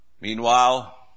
Meanwhile